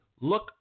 Look